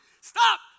Stop